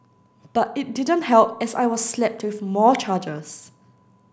but it didn't help as I was slapped with more charges